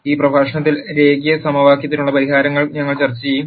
ഈ പ്രഭാഷണത്തിൽ രേഖീയ സമവാക്യത്തിനുള്ള പരിഹാരങ്ങൾ ഞങ്ങൾ ചർച്ച ചെയ്യും